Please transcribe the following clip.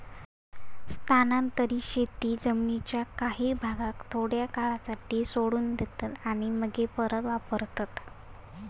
स्थानांतरीत शेतीत जमीनीच्या काही भागाक थोड्या काळासाठी सोडून देतात आणि मगे परत वापरतत